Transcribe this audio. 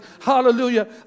Hallelujah